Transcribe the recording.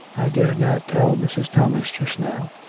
i dared not tell mrs. thomas just now.